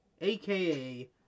AKA